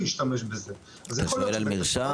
אתה שואל על מרשם?